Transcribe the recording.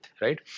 right